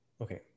Okay